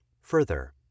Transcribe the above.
Further